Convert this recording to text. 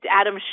Adam